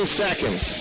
seconds